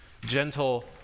gentle